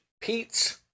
Pete's